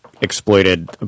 exploited